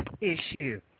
issue